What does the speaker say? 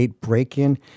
break-in